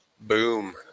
Boom